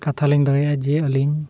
ᱠᱟᱛᱷᱟ ᱞᱤᱧ ᱫᱚᱦᱚᱭᱟ ᱡᱮ ᱟᱹᱞᱤᱧ